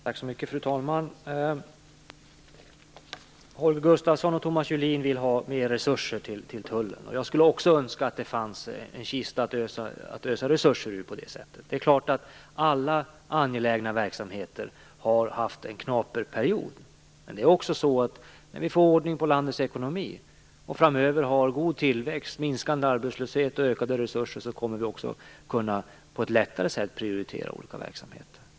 Fru talman! Holger Gustafsson och Thomas Julin vill ha mer resurser till tullen. Jag skulle också önska att det fanns en kista att ösa resurser ur på det sättet. Det är klart att alla angelägna verksamheter har haft en knaper period. Men när vi får ordning på landets ekonomi och framöver har god tillväxt, minskande arbetslöshet och ökade resurser, kommer vi också att lättare kunna prioritera olika verksamheter.